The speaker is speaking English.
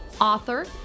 author